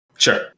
Sure